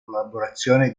collaborazione